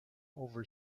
over